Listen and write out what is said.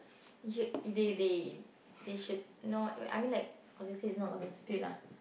you they they they should not I mean like obviously it's not going to spill lah